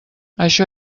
això